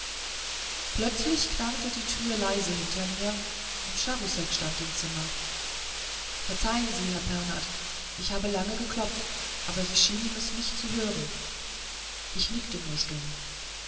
plötzlich knarrte die tür leise hinter mir und charousek stand im zimmer verzeihen sie herr pernath ich habe lange geklopft aber sie schienen es nicht zu hören ich nickte nur stumm